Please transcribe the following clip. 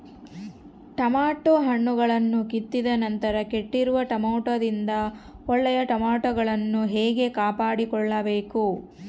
Tomato ಹಣ್ಣುಗಳನ್ನು ಕಿತ್ತಿದ ನಂತರ ಕೆಟ್ಟಿರುವ ಟೊಮೆಟೊದಿಂದ ಒಳ್ಳೆಯ ಟೊಮೆಟೊಗಳನ್ನು ಹೇಗೆ ಕಾಪಾಡಿಕೊಳ್ಳಬೇಕು?